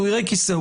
הוא יראה כיסא,